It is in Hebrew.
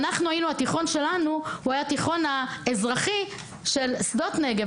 והתיכון שלנו היה התיכון החילוני של שדות נגב.